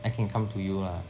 I can come to you lah